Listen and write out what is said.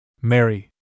Mary